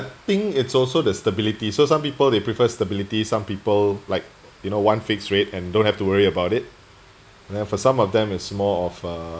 think it's also the stability so some people they prefer stability some people like you know one fixed rate and don't have to worry about it and then for some of them is more of uh